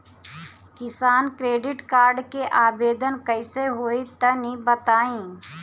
किसान credit card के आवेदन कईसे होई तनि बताई?